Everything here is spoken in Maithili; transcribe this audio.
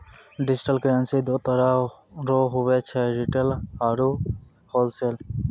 डिजिटल करेंसी दो तरह रो हुवै छै रिटेल आरू होलसेल